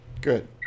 Good